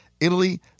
Italy